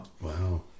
Wow